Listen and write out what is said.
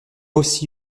aussi